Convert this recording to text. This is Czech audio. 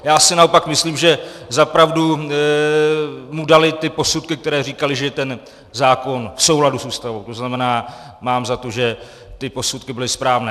Já si naopak myslím, že za pravdu mu daly ty posudky, které říkaly, že je ten zákon v souladu s Ústavou, to znamená, mám za to, že ty posudky byly správné.